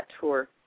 tour